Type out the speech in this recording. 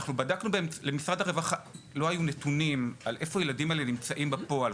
למשרד הרווחה לא היו נתונים איפה הילדים האלה נמצאים בפועל.